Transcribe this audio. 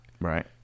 Right